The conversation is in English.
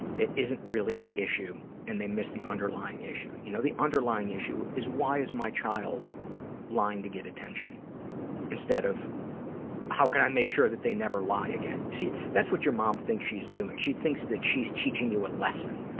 that isn't really the issue and they miss the underlying issue. you know, the underlying issue is why is my child lying to get attention instead of how can i make sure they never lie again? you see, that's what your mom thinks she's doing. she thinks that she's teaching you a lesson.